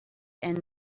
and